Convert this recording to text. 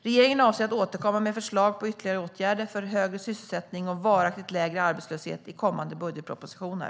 Regeringen avser att återkomma med förslag på ytterligare åtgärder för högre sysselsättning och varaktigt lägre arbetslöshet i kommande budgetpropositioner.